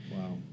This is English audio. Wow